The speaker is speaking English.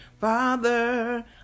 Father